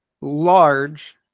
large